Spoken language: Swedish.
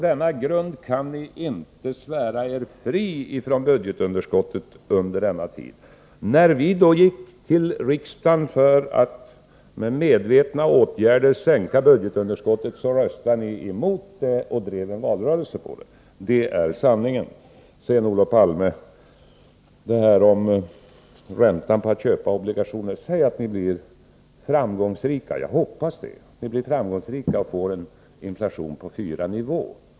Därför kan ni inte svära er fria från ansvaret för budgetunderskottet under denna tid. När vi då gick till riksdagen med förslag om medvetna åtgärder för att sänka budgetunderskottet röstade ni emot dessa och drev en valrörelse på det. Det är sanningen. Sedan, Olof Palme, till frågan om räntan på obligationer. Säg att ni blir framgångsrika — jag hoppas det — och vi får en inflation på nivån 4 96.